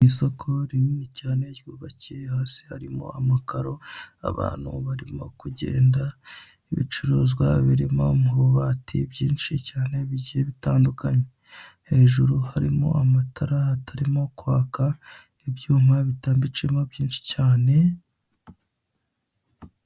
Isoko rinini cyane ryubakiye hasi ririmo aamakaro abantu abrimo kugenda ibicuruzwa biriimo m'ububati byinshi cyane bigiye bitandukanye, hejuru harimo amatara atarimo kwaka ibyuma bitambitsemo byinshi cyane.